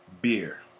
beer